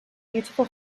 beautiful